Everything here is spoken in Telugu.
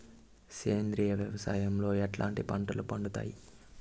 సేంద్రియ వ్యవసాయం లో ఎట్లాంటి పంటలు పండుతాయి